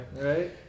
right